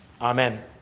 Amen